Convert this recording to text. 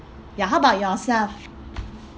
ya how about yourself